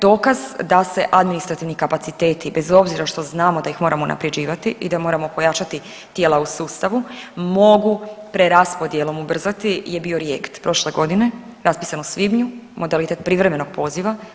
Dokaz da administrativni kapaciteti bez obzira što znamo da ih moramo unapređivati i da moramo pojačati tijela u sustavu mogu preraspodjelom ubrzati je bio … [[Govornica se ne razumije.]] prošle godine raspisan u svibnju, modalitet privremenog poziva.